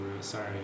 Sorry